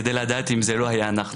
כדי לדעת אם זה לא היה אנחנו.